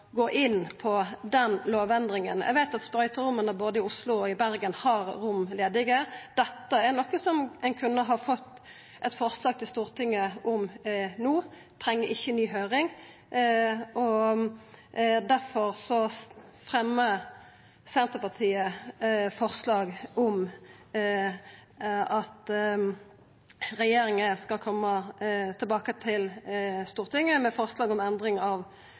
gå inn på den lovendringa. Eg veit at sprøyteromma både i Oslo og i Bergen har ledige rom. Dette er noko som ein kunne ha fått eit forslag til Stortinget om no, ein treng ikkje ny høyring. Difor fremjar Senterpartiet forslag om at regjeringa skal koma tilbake til Stortinget med forslag om endring i sprøyteromslova og sprøyteromsforskrifta for å opna for inhalering av